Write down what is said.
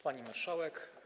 Pani Marszałek!